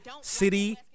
City